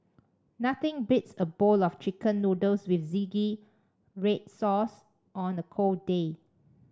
nothing beats a bowl of chicken noodles with zingy red sauce on a cold day